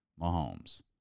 Mahomes